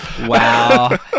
Wow